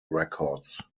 records